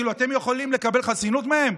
כאילו אתם יכולים לקבל חסינות מהם?